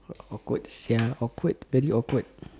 quite awkward sia awkward very awkward